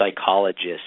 psychologists